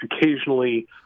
Occasionally